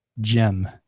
gem